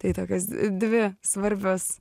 tai tokios dvi svarbios